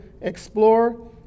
explore